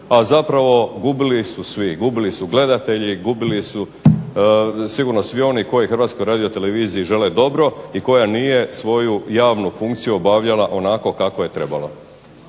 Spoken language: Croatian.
a zapravo gubili su svi, gubili su gledatelji, gubili su svi oni koji sigurno Hrvatskoj radioteleviziji žele dobro i koja nije svoju javnu funkciju obavljala onako kako je trebala.